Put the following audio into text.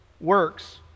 Works